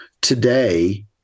today